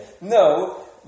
No